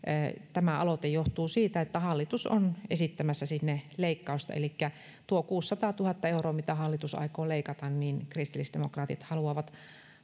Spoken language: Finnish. tämä aloite johtuu siitä että hallitus on esittämässä sinne leikkausta elikkä tuon kuusisataatuhatta euroa minkä hallitus aikoo leikata kristillisdemokraatit haluavat